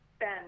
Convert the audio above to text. Ben